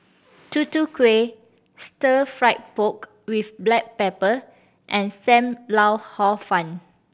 Tutu Kueh Stir Fried Pork With Black Pepper and Sam Lau Hor Fun